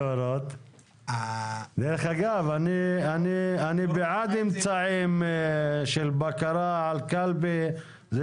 דרך אגב, אני בעד אמצעים של בקרה על קלפי.